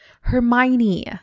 Hermione